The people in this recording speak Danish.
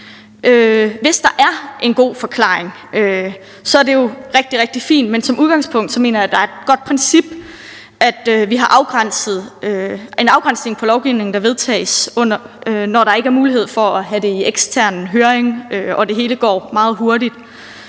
Hvis der er en god forklaring, er det jo rigtig, rigtig fint. Men som udgangspunkt mener jeg, at det er et godt princip, at vi har en afgrænsning på lovgivning, der vedtages, når der ikke er mulighed for at have det i ekstern høring og det hele går meget hurtigt,